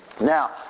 now